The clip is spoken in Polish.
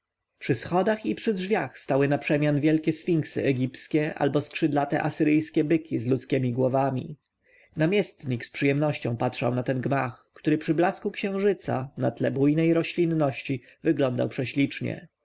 przy schodach i przy drzwiach stały naprzemian wielkie sfinksy egipskie albo skrzydlate asyryjskie byki z ludzkiemi głowami namiestnik z przyjemnością patrzył na ten gmach który przy blasku księżyca na tle bujnej roślinności wyglądał prześlicznie